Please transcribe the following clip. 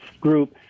group